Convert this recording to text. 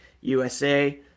USA